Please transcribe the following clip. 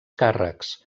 càrrecs